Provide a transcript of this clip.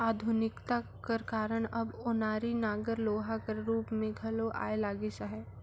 आधुनिकता कर कारन अब ओनारी नांगर लोहा कर रूप मे घलो आए लगिस अहे